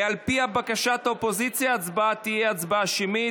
ועל פי בקשת האופוזיציה, ההצבעה תהיה הצבעה שמית.